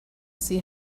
see